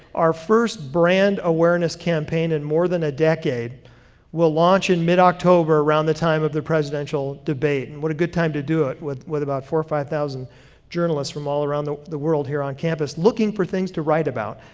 our first brand awareness campaign in more than a decade will launch in mid-october around the time of the presidential debate, and what a good time to do it with with about four or five thousand journalists from all around the the world here on campus looking for things to write about.